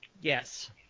Yes